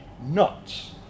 nuts